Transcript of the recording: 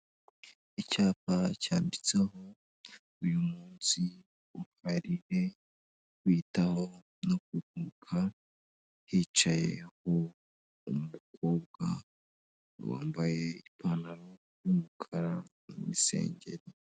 Icyapa cyanditseho uyu munsi uhariwe kwitaho no kuruhuka, hicaye ukobwa wambaye ipantaro y'umukara n'isengeri.